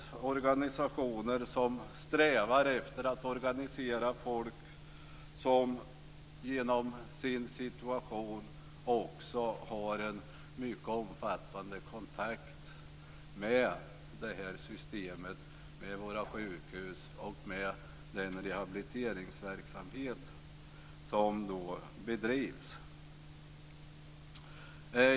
Dessa organisationer strävar efter att organisera folk som, genom sin situation, också har en mycket omfattande kontakt med det här systemet, med våra sjukhus och med den rehabiliteringsverksamhet som bedrivs.